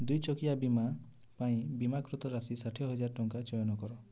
ଦୁଇଚକିଆ ବୀମା ପାଇଁ ବୀମାକୃତ ରାଶି ଷାଠିଏ ହଜାର ଟଙ୍କା ଚୟନ କର